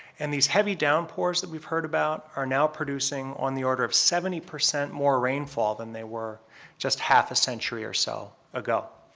and these heavy downpours that we've heard about are now producing on the order of seventy percent more rainfall than they were just half a century or so ago.